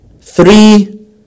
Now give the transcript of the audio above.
Three